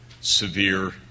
severe